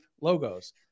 logos